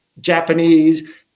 Japanese